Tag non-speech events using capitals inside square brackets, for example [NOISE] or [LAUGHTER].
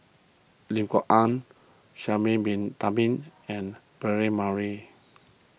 Lim Kok Ann Sha'ari Bin Tadin and Braema [UNINTELLIGIBLE]